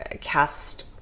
cast